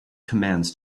commands